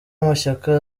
amashyaka